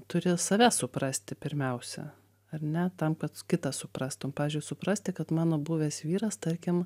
turi save suprasti pirmiausia ar ne tam kad kitą suprastum pavyzdžiui suprasti kad mano buvęs vyras tarkim